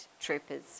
troopers